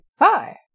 Hi